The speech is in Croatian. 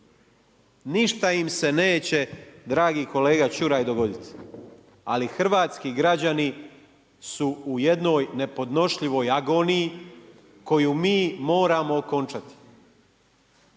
ništa im se neće dragi kolega Čuraj dogoditi, ali hrvatski građani su u jednoj nepodnošljivoj agoniji koju mi moramo okončati,